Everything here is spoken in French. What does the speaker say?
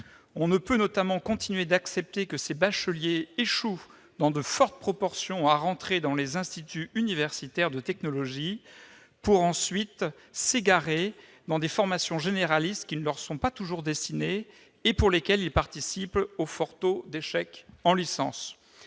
On ne peut notamment continuer d'accepter que ces bacheliers échouent dans de fortes proportions à entrer dans les instituts universitaires de technologie pour, ensuite, s'égarer dans des formations généralistes qui ne leur sont pas toujours destinées et pour lesquelles ils participent au fort taux d'échec en licence.